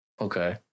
Okay